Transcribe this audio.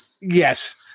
Yes